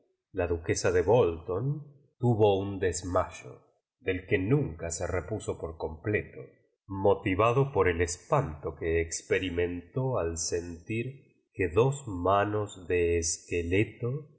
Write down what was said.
la duquesa de bol ton tuvo un des mayo del que minea se repuso por com pleto motivado por el espanto que experi mentó al sentir qre dos manos de esqueleto